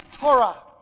Torah